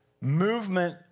movement